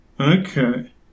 okay